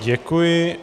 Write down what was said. Děkuji.